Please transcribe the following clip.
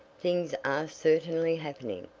things are certainly happening.